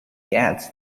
adds